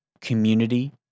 community